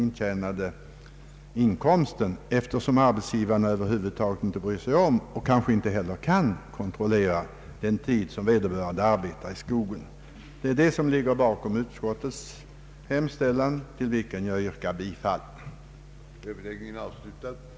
I motionerna, vilka voro likalydande, hade yrkats, att riksdagen i skrivelse till Kungl. Maj:t skulle begära skyndsamma åtgärder för att skapa större respekt för de förordningar, som vore avsedda att skydda yrkesutövare mot förgiftning eller annan skada, på så sätt att yrkesinspektionen respektive giftnämnden ålades att vidtaga de åtgärder som erfordrades för att beivra misstänkta eller konstaterade brott mot bestämmelser i gällande förordning om gifter och annat hälsofarligt material.